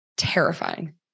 terrifying